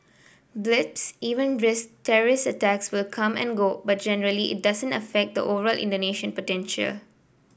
blips event risks terrorist attacks will come and go but generally it doesn't affect the overall Indonesian potential